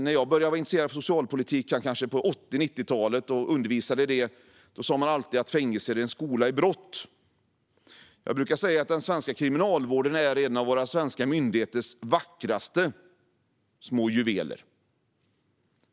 När jag började intressera mig för socialpolitik och undervisade på 80 och 90-talen sa man alltid att fängelse är en skola i brott. Jag brukar säga att den svenska Kriminalvården är en av våra svenska myndigheters vackraste små juveler.